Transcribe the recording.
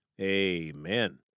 amen